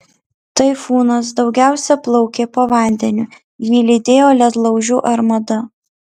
taifūnas daugiausia plaukė po vandeniu jį lydėjo ledlaužių armada